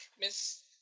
Miss